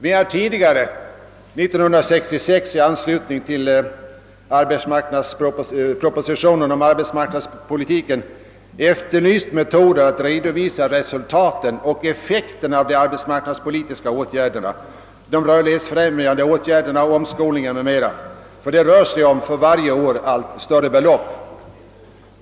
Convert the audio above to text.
Vi har år 1966 i anslutning till propositionen om arbetsmarknadspolitiken efterlyst metoder att redovisa resultaten och effekten av de arbetsmarknadspolitiska åtgärderna, dvs. de rörlighetsfrämjande åtgärderna, omskolningen m.m., vilka åtgärder för varje år drar allt större kostnader.